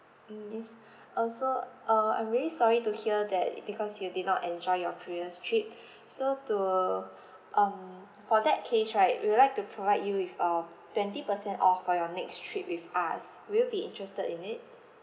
mm yes uh so uh I'm really sorry to hear that because you did not enjoy your previous trip so to um for that case right we would like to provide you with a twenty percent off for your next trip with us will you be interested in it